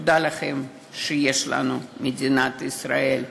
תודה לכם שיש לנו מדינת ישראל.